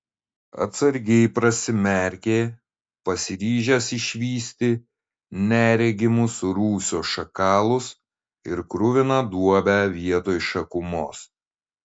atsargiai prasimerkė pasiryžęs išvysti neregimus rūsių šakalus ir kruviną duobę vietoj šakumos